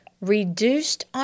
reduced